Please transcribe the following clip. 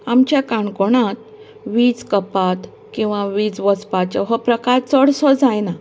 आमच्या काणकोणांत वीज कपात किंवां वीज वचपाचो हो प्रकार चडसो जायना